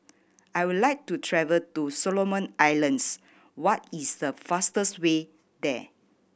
I would like to travel to Solomon Islands what is the fastest way there